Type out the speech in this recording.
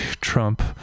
Trump